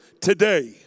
today